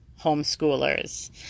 homeschoolers